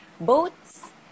boats